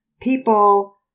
people